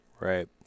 Right